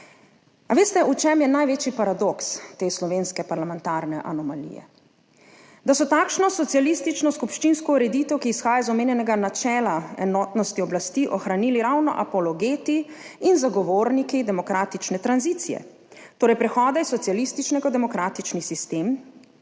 Veste, v čem je največji paradoks te slovenske parlamentarne anomalije? Da so takšno socialistično skupščinsko ureditev, ki izhaja iz omenjenega načela enotnosti oblasti, ohranili ravno apologeti in zagovorniki demokratične tranzicije, torej prehoda iz socialističnega v demokratični sistem,